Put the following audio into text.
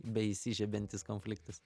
beįsižiebiantis konfliktas